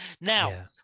Now